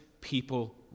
people